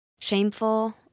shameful